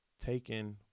taken